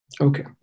Okay